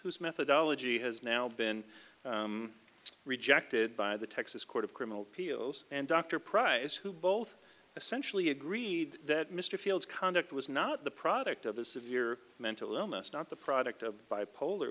who's methodology has now been rejected by the texas court of criminal appeals and dr pryce who both essentially agreed that mr field's conduct was not the product of a severe mental illness not the product of bipolar